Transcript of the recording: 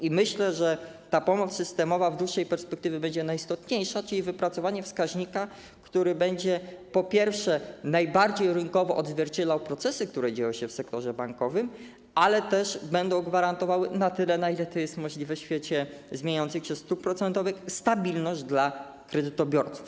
I myślę, że ta pomoc systemowa w dłuższej perspektywie będzie najistotniejsza, czyli wypracowanie wskaźnika, który będzie, po pierwsze, najbardziej rynkowo odzwierciedlał procesy, które dzieją się w sektorze bankowym, ale też będzie gwarantował, na tyle, na ile to jest możliwe w świecie zmieniających się stóp procentowych, stabilność kredytobiorcom.